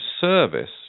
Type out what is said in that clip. service